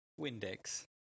Windex